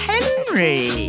Henry